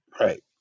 Right